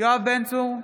יואב בן צור,